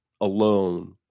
alone